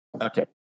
Okay